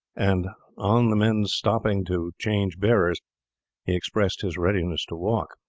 and on the men stopping to change bearers he expressed his readiness to walk.